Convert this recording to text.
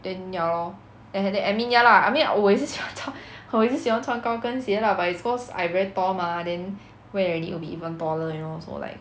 then ya lor then then then I mean ya lah I mean 我也是喜欢穿我也是喜欢穿高跟鞋 lah but is cause I very tall mah then wear already it'll be even taller you know so like